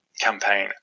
campaign